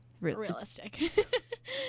realistic